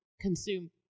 consume